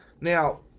Now